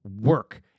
work